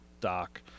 Doc